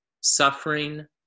Suffering